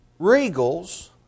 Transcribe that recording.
Regals